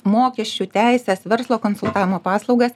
mokesčių teisės verslo konsultavimo paslaugas